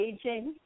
Aging